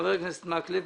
חבר הכנסת מקלב.